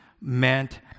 meant